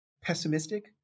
pessimistic